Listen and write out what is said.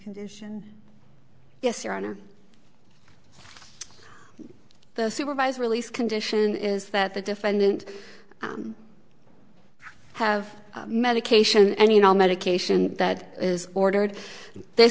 condition yes your honor the supervised release condition is that the defendant i have medication and you know medication that is ordered th